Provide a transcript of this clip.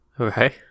Okay